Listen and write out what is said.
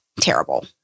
terrible